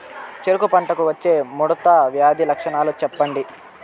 చెరుకు పంటకు వచ్చే ముడత వ్యాధి లక్షణాలు చెప్పండి?